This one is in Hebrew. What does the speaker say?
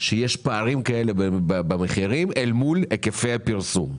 שיש פערים כאלה במחירים מול היקפי הפרסום.